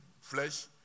flesh